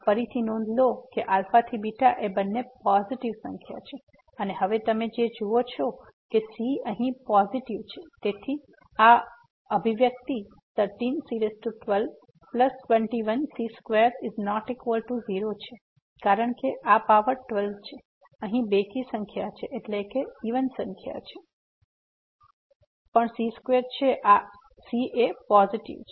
ફરીથી નોંધ લો કે α β બંને પોઝીટીવ સંખ્યા છે અને હવે તમે જે જુઓ છો કે c અહીં પોઝીટીવ છે તેથી આ અભિવ્યક્તિ 13c1221c2≠0 છે કારણ કે આ પાવર 12 છે અહીં બેકી સંખ્યા પણ c2 છે અને આ c પોઝીટીવ છે